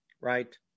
right